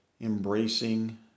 embracing